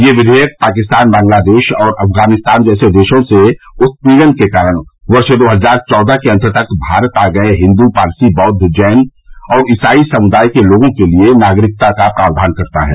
ये विधेयक पाकिस्तान बांग्लादेश और अफगानिस्तान जैसे देशों के से उत्पीड़ के कारण वर्ष दो हजार चौदह के अन्त तक भारत आ गए हिन्दू पारसी बौद्व जैन और ईसाई समुदाय के लोगों के लिए नागरिकता का प्रावधान करता है